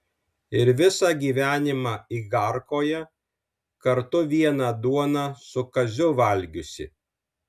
ir visą gyvenimą igarkoje kartu vieną duoną su kaziu valgiusi